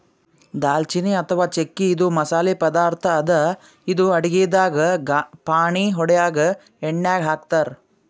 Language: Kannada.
ದಾಲ್ಚಿನ್ನಿ ಅಥವಾ ಚಕ್ಕಿ ಇದು ಮಸಾಲಿ ಪದಾರ್ಥ್ ಅದಾ ಇದು ಅಡಗಿದಾಗ್ ಫಾಣೆ ಹೊಡ್ಯಾಗ್ ಎಣ್ಯಾಗ್ ಹಾಕ್ತಾರ್